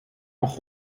auch